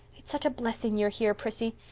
it's such a blessing you're here, prissy.